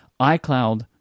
iCloud